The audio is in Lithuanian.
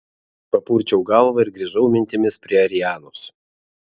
papurčiau galvą ir grįžau mintimis prie arianos